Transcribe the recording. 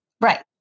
Right